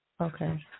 Okay